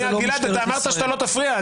גלעד, אמרת שאתה לא תפריע.